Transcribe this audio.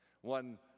One